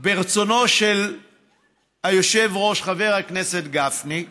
ברצונו של היושב-ראש חבר הכנסת גפני,